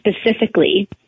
specifically